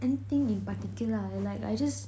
anything in particular I like I just